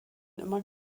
immer